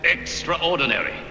extraordinary